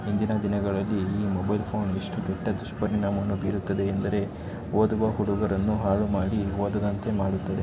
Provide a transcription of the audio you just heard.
ಇಂದಿನ ದಿನಗಳಲ್ಲಿ ಈ ಮೊಬೈಲ್ ಫೋನ್ ಎಷ್ಟು ಕೆಟ್ಟ ದುಷ್ಪರಿಣಾಮವನ್ನು ಬೀರುತ್ತದೆ ಎಂದರೆ ಓದುವ ಹುಡುಗರನ್ನು ಹಾಳು ಮಾಡಿ ಓದದಂತೆ ಮಾಡುತ್ತದೆ